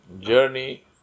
journey